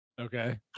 Okay